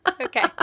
Okay